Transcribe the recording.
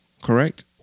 Correct